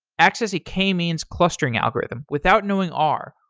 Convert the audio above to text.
access a k-means clustering algorithm without knowing r,